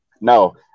No